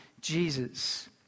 Jesus